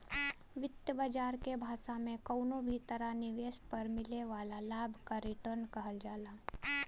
वित्त बाजार के भाषा में कउनो भी तरह निवेश पर मिले वाला लाभ क रीटर्न कहल जाला